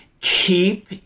Keep